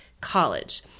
college